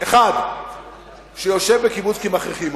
מתוך 121 ההתנחלויות בגדה המערבית מחוברות למתקני טיהור שפכים.